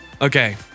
Okay